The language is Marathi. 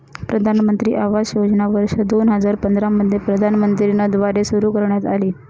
प्रधानमंत्री आवास योजना वर्ष दोन हजार पंधरा मध्ये प्रधानमंत्री न द्वारे सुरू करण्यात आली